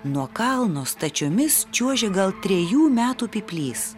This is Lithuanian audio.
nuo kalno stačiomis čiuožė gal trejų metų pyplys